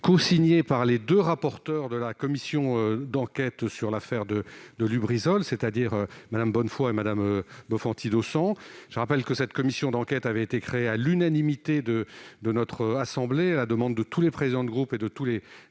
cosigné par les deux rapporteurs de la commission d'enquête sur l'incendie de l'usine Lubrizol, Mme Bonnefoy et Mme Bonfanti-Dossat. Je rappelle que cette commission d'enquête avait été créée à l'unanimité de notre assemblée, à la demande de tous les présidents de groupe et de tous les